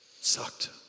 Sucked